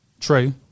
Trey